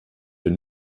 den